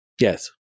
Yes